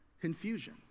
confusion